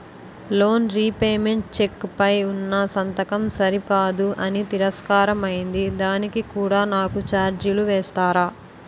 Loan repayment cheque పై ఉన్నా సంతకం సరికాదు అని తిరస్కారం అయ్యింది దానికి కూడా నాకు ఛార్జీలు వేస్తారా?